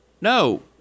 No